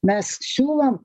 mes siūlom